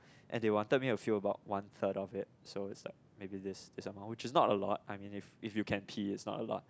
and they wanted me to fill about one third of it so is like maybe this amount which is not a lot I mean if if you can pee is not a lot